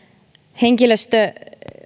henkilöstö